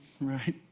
right